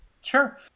Sure